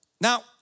Now